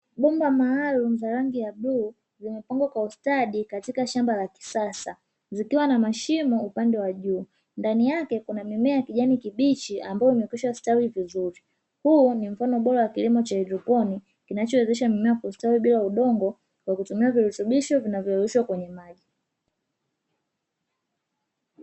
Bomba maalumu za rangi ya bluu zimepangwa kwa ustadi katika shamba la kisasa zikiwa na mashimo upande wa juu. Ndani yake kuna mimea ya kijani kibichi ambayo imekwishastawi vizuri. Huu ni mfano bora wa kilimo cha haidroponi, kinachowezesha mimea kustawi bila udongo kwa kutumia virutubisho vinavyoyeyushwa kwenye maji.